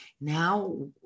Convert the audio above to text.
Now